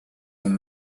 were